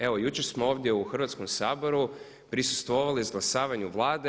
Evo jučer smo ovdje u Hrvatskom saboru prisustvovali u izglasavanju Vlade.